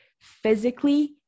physically